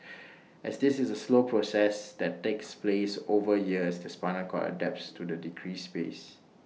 as this is A slow process that takes place over years the spinal cord adapts to the decreased space